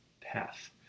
path